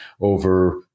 over